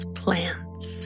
plants